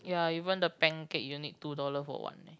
ya even the pancake you need two dollar for one eh